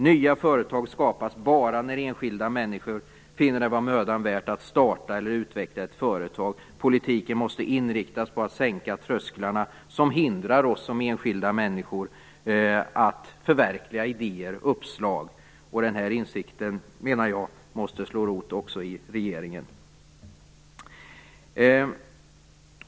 Nya företag skapas bara när enskilda människor finner det vara mödan värt att starta eller utveckla ett företag. Politiken måste inriktas på att sänka trösklarna som hindrar oss som enskilda människor att förverkliga idéer och uppslag. Den här insikten, menar jag, måste slå rot också i regeringen.